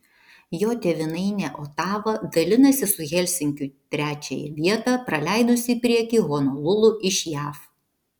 jo tėvynainė otava dalinasi su helsinkiu trečiąją vietą praleidusi į priekį honolulu iš jav